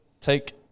take